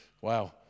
Wow